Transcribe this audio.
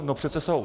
No přece jsou.